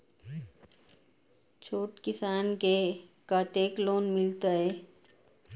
छोट किसान के कतेक लोन मिलते?